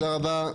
תודה רבה.